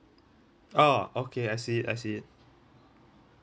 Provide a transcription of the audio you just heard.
ah okay I see it I see it